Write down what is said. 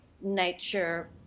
nature